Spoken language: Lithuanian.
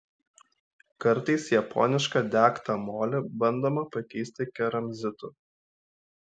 kartais japonišką degtą molį bandoma pakeisti keramzitu